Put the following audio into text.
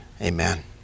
Amen